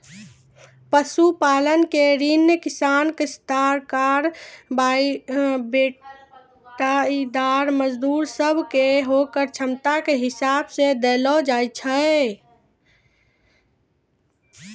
पशुपालन के ऋण किसान, कास्तकार, बटाईदार, मजदूर सब कॅ होकरो क्षमता के हिसाब सॅ देलो जाय छै